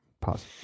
Pause